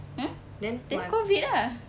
hmm then COVID ah